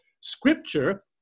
scripture